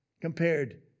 compared